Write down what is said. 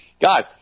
guys